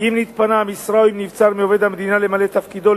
אם נתפנתה המשרה או אם נבצר מעובד המדינה למלא את תפקידו,